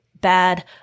bad